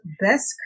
best